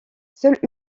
seule